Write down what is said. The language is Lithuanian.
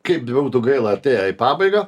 kaip bebūtų gaila artėja į pabaigą